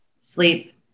sleep